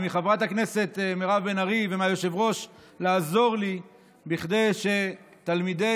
מחברת הכנסת מירב בן ארי ומהיושב-ראש לעזור לי כדי שתלמידי